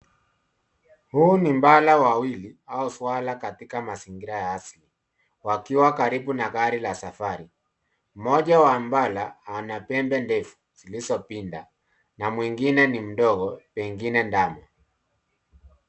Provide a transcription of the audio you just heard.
Huu ni mbala wawili au swara katika mazingira ya asili wakiwa karibu na gari la safari. Mmoja wa mbala ana pembe ndefu zilizopinda na mwengine ni mdogo pengine ndama.